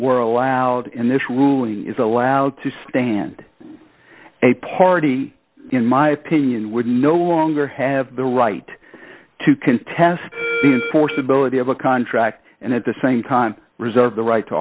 were allowed and this ruling is allowed to stand a party in my opinion would no longer have the right to contest for stability of a contract and at the same time reserve the right to